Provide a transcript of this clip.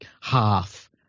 half